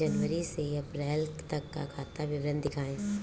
जनवरी से अप्रैल तक का खाता विवरण दिखाए?